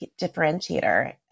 differentiator